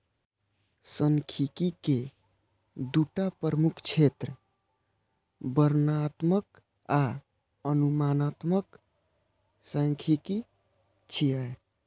सांख्यिकी के दूटा प्रमुख क्षेत्र वर्णनात्मक आ अनुमानात्मक सांख्यिकी छियै